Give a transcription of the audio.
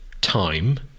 time